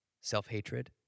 self-hatred